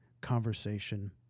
conversation